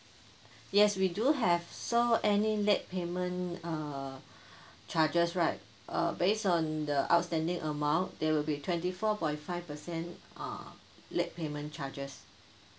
yes we do have so any late payment err charges right uh based on the outstanding amount there will be twenty four point five percent err late payment charges